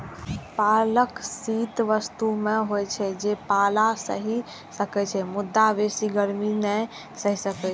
पालक शीत ऋतु मे होइ छै, जे पाला सहि सकै छै, मुदा बेसी गर्मी नै सहि सकै छै